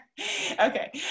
Okay